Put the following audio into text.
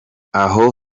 aho